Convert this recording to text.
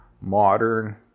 modern